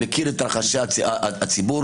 מכיר את רחשי הציבור,